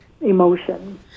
emotion